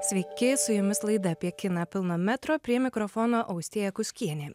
sveiki su jumis laida apie kiną pilno metro prie mikrofono austėja kuskienė